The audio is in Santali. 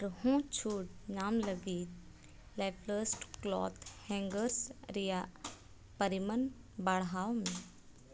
ᱟᱨᱦᱚᱸ ᱪᱷᱩᱴ ᱧᱟᱢ ᱞᱟᱹᱜᱤᱫ ᱞᱮᱯᱞᱚᱥᱴ ᱠᱞᱚᱛᱷ ᱦᱮᱝᱜᱟᱨᱥ ᱨᱮᱭᱟᱜ ᱯᱟᱨᱤᱢᱟᱱ ᱵᱟᱲᱦᱟᱣ ᱢᱮ